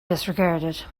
disregarded